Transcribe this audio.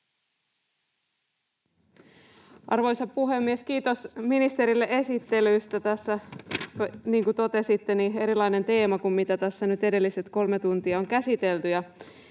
Arvoisa puhemies! Kiitos ministerille esittelystä. Tässä, niin kuin totesitte, on erilainen teema kuin mitä tässä nyt edelliset kolme tuntia on käsitelty.